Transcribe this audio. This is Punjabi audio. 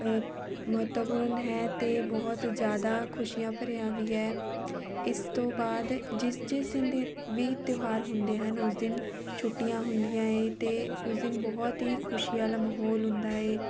ਮਹੱਤਵਪੂਰਨ ਹੈ ਅਤੇ ਬਹੁਤ ਜ਼ਿਆਦਾ ਖੁਸ਼ੀਆਂ ਭਰਿਆ ਵੀ ਹੈ ਇਸ ਤੋਂ ਬਾਅਦ ਜਿਸ ਜਿਸ ਦਿਨ ਦੀ ਵੀ ਤਿਉਹਾਰ ਹੁੰਦੇ ਹਨ ਉਸ ਦਿਨ ਛੁੱਟੀਆਂ ਹੁੰਦੀਆਂ ਹੈ ਅਤੇ ਉਸ ਦਿਨ ਬਹੁਤ ਹੀ ਖੁਸ਼ੀ ਵਾਲਾ ਮਾਹੌਲ ਹੁੰਦਾ ਹੈ